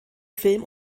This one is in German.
film